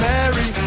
Mary